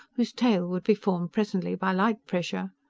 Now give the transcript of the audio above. whose tail would be formed presently by light-pressure.